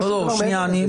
לא שום דבר מעבר לזה.